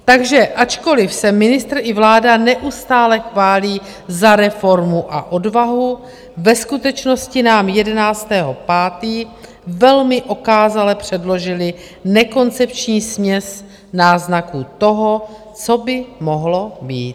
Takže ačkoliv se ministr i vláda neustále chválí za reformu a odvahu, ve skutečnosti nám 11. 5. velmi okázale předložili nekoncepční směs náznaků toho, co by mohlo být.